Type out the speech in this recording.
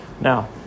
Now